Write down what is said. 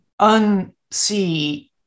unsee